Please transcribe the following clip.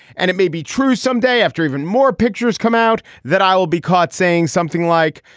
and it may be true, some day after even more pictures come out that i will be caught saying something like,